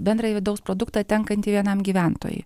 bendrąjį vidaus produktą tenkantį vienam gyventojui